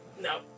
No